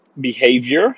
behavior